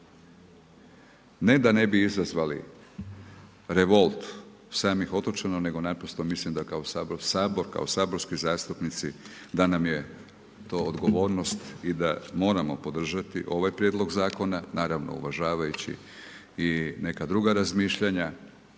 Ne da ne bi izazvali revolt samih otočana, nego naprosto mislim da kao Sabor, Sabor, kao saborski zastupnici, da nam je to odgovornost i da moramo podržati ovaj prijedlog zakona, naravno uvažavajući i neka druga razmišljanja,